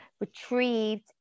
retrieved